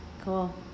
Cool